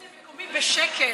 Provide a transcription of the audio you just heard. אני חוזרת למקומי בשקט.